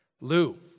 Lou